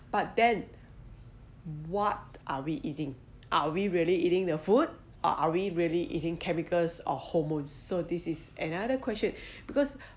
but then what are we eating are we really eating the food are are we really eating chemicals or hormone so this is another question because